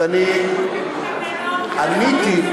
אני עניתי.